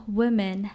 women